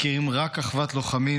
מכירים רק אחוות לוחמים